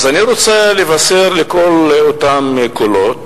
אני רוצה לבשר לכל אותם קולות,